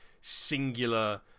singular